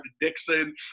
Dixon